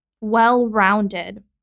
well-rounded